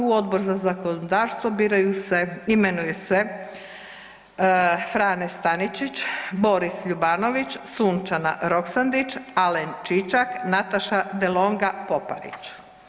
U Odbor za zakonodavstvo imenuju se Frane Staničić, Boris Ljubanović, Sunčana Roksandić, Alen Čičak, Nataša Delonga Poparić.